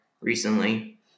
recently